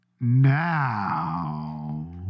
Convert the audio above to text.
now